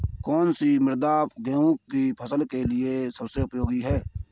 कौन सी मृदा गेहूँ की फसल के लिए सबसे उपयोगी है?